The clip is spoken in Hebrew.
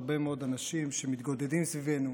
הרבה מאוד אנשים שמתגודדים סביבנו,